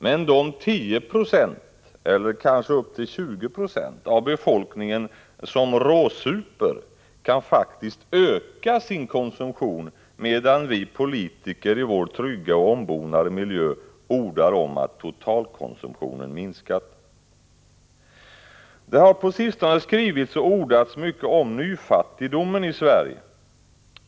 Men de 10 Yo eller kanske upp till 20 90 av befolkningen som råsuper kan 13 november 1985 faktiskt öka sin konsumtion, medan vi politiker i vår trygga och ombonaade. GG H—- miljö ordar om att totalkonsumtionen minskar. Det har på sistone skrivits och ordats mycket om nyfattigdomen i Sverige.